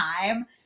time